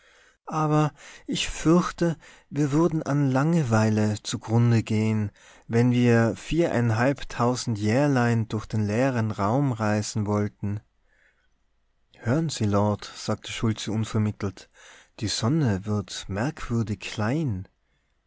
aber ich fürchte wir würden an langerweile zu grunde gehen wenn wir viereinhalb tausend jährlein durch den leeren raum reisen wollten hören sie lord sagte schultze unvermittelt die sonne wird merkwürdig klein